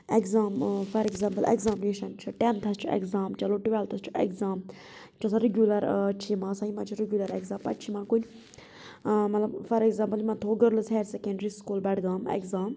exam for example examination چھ ٹیٚنتھَس چھُ ایٚکزام چَلو ٹُوِلتھَس چھُ ایٚکزام یہِ چھُ آسان رِگِیولَر چھ یِم آسان یم حظ چھِ رِگِیولَر ایٚکزام پَتہ چھ یِوان کُنہِ مطلَب فار ایٚکزامپٕل یِمَن تھوٚوُکھ girls higher secondary school Budgam exam